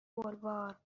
بلوار